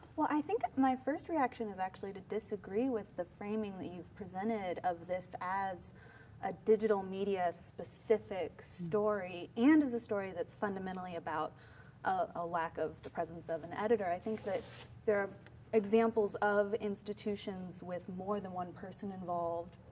well, i think my first reaction is actually to disagree with the framing that you've presented of this as a digital media specific story and as a story that's fundamentally about a lack of the presence of an editor. i think that there are examples of institutions with more than one person involved,